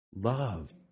love